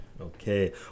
okay